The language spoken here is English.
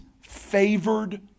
favored